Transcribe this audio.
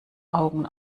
augen